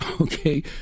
okay